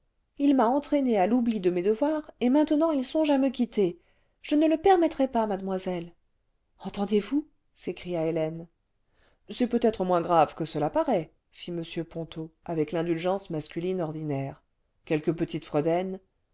il m'a entraînée à l'oubli de mes devoirs et maintenant il songe à me quitter je ne le permettrai pas mademoiselle entendez-vous s'écria hélène c'est peut-être moins grave que cela paraît fit m ponto avec l'indulgence masculine ordinaire quelques petites